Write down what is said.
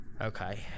Okay